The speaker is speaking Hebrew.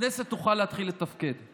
הכנסת תוכל להתחיל לתפקד.